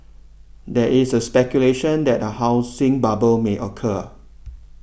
there is speculation that a housing bubble may occur